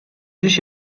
dziś